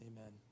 Amen